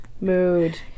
mood